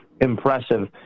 impressive